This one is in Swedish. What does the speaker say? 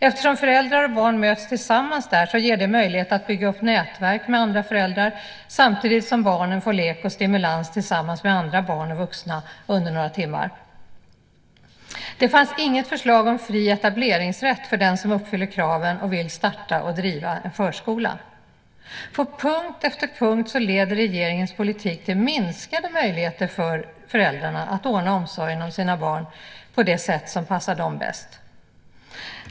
Eftersom föräldrar och barn möts tillsammans där, ger det möjlighet att bygga upp nätverk med andra föräldrar samtidigt som barnen får lek och stimulans tillsammans med andra barn och vuxna under några timmar. Det fanns inget förslag om fri etableringsrätt för den som uppfyller kraven och vill starta och driva en förskola. På punkt efter punkt leder regeringens politik till minskade möjligheter för föräldrarna att ordna omsorgen om sina barn på det sätt som passar dem bäst.